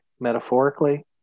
metaphorically